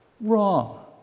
Wrong